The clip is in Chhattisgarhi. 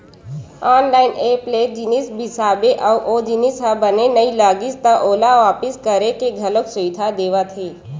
ऑनलाइन ऐप ले जिनिस बिसाबे अउ ओ जिनिस ह बने नइ लागिस त ओला वापिस करे के घलो सुबिधा देवत हे